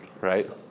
Right